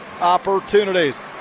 opportunities